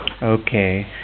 Okay